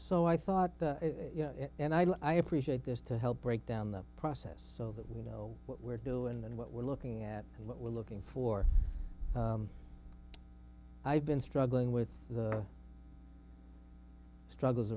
so i thought and i do i appreciate this to help break down the process so that we know what we're doing and what we're looking at and what we're looking for i've been struggling with the struggles